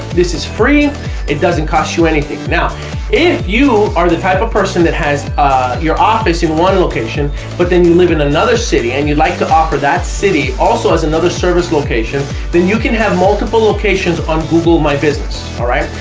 this is free it doesn't cost you anything. now if you are the type of person that has your office in one location but then you live in another city and you'd like to offer that city also as another service location then you can have multiple locations on google my business, all right,